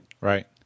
Right